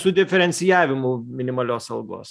su diferencijavimu minimalios algos